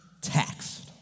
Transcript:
taxed